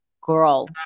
Girl